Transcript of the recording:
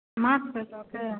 माथपर दऽ के